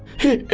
hey,